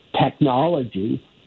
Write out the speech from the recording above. technology